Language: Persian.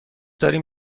داریم